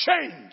change